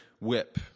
whip